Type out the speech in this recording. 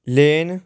ਲੈਣ